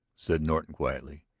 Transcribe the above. said norton quietly.